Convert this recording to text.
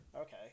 Okay